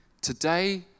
Today